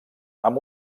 amb